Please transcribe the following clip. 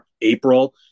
April